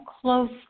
close